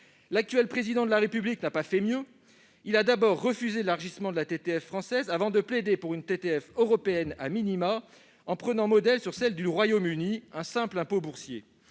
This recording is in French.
L'actuel président de la République n'a pas fait mieux. Il a d'abord refusé l'élargissement de la TTF française, avant de plaider pour une TTF européenne, en prenant modèle sur celle du Royaume-Uni- un simple impôt boursier.